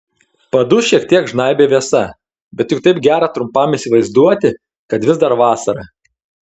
padus šiek tiek žnaibė vėsa bet juk taip gera trumpam įsivaizduoti kad vis dar vasara